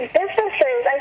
businesses